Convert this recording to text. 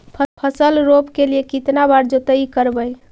फसल रोप के लिय कितना बार जोतई करबय?